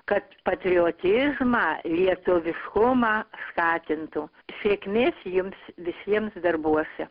kad patriotizmą lietuviškumą skatintų sėkmės jums visiems darbuose